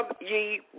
ye